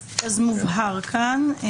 מובהר כאן.